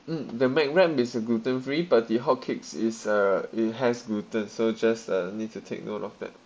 mm the mac wrap is a gluten free but the hotcakes is uh it has gluten so just uh need to take note of that